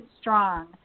strong